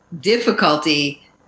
difficulty